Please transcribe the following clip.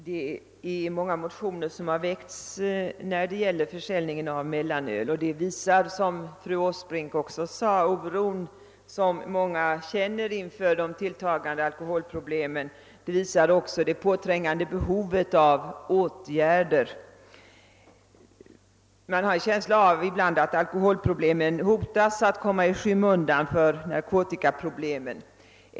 Herr talman! Många motioner har väckts beträffande försäljningen av mellanöl. Det visar, som fru Åsbrink sade, den oro som många känner inför de tilltagande alkoholproblemen och det påträngande behovet av åtgärder. Man har ibland en känsla av att alkoholproblemet hotar att komma i skymundan för narkotikaproblemet.